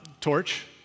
Torch